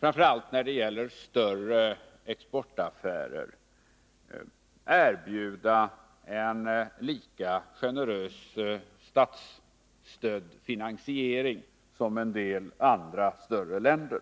framför allt när det gäller större exportaffärer — möjligheter att erbjuda en lika generös statsstödd finansiering som en del andra större länder.